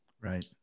Right